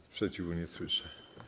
Sprzeciwu nie słyszę.